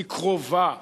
היא קרובה.